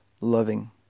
loving